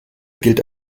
gilt